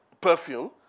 perfume